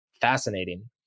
fascinating